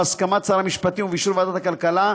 בהסכמת שר המשפטים ובאישור ועדת הכלכלה,